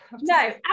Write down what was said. No